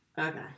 Okay